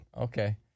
Okay